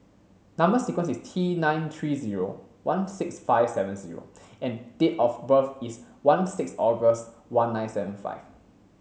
number sequence is T nine three zero one six five seven zero and date of birth is one six August one nine seven five